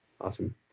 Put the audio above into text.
Awesome